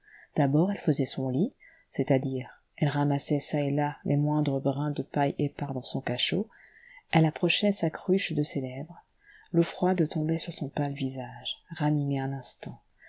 d'abord elle faisait son lit c'est-à-dire elle ramassait çà et là les moindres brins de paille épars dans son cachot elle approchait sa cruche de ses lèvres l'eau froide tombait sur son pâle visage ranimé un instant